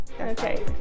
okay